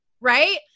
right